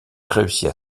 réussit